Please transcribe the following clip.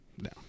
No